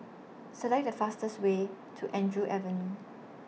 Select The fastest Way to Andrew Avenue